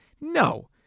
No